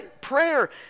Prayer